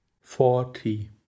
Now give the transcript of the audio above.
forty